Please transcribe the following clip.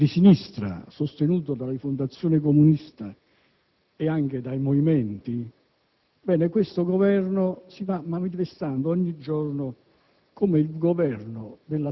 Per l'equità sociale in tutto sono 750 milioni di euro; ricordo che il Governo Berlusconi, con due interventi in materia fiscale,